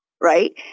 Right